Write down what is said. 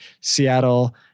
Seattle